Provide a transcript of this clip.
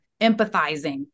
empathizing